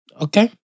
Okay